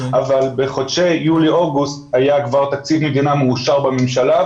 אבל בחודשי יולי אוגוסט היה כבר תקציב מדינה מאושר בממשלה,